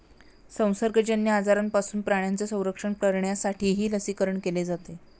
संसर्गजन्य आजारांपासून प्राण्यांचे संरक्षण करण्यासाठीही लसीकरण केले जाते